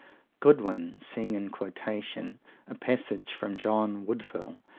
godwin, seeing in quotation a passage from john woodvil,